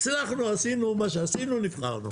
הצלחנו, עשינו את מה שעשינו, נבחרנו.